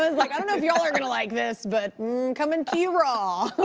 like, i don't know if y'all are gonna like this, but coming to you raw.